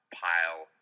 pile